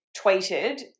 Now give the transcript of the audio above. tweeted